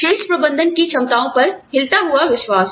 शीर्ष प्रबंधन की क्षमताओं पर हिलता हुआ विश्वास